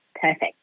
perfect